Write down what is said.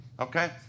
Okay